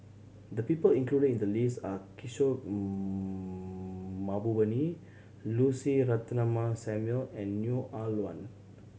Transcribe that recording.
the people included in the list are Kishore Mahbubani Lucy Ratnammah Samuel and Neo Ah Luan